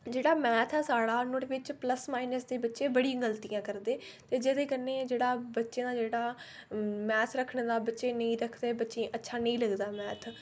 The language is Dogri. जेहड़ा मैथ ऐ साढ़ा नुआढ़े बिच्च प्लस माइनस दी बच्चे बड़ी गलतियां करदे ते जेहदे कन्नै जेहड़ा बच्चे दा जेहड़ा मैथस रक्खने दा बच्चे नेईं रखदे बच्चे गी अच्छा नेईं लगदा मैथ